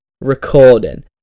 recording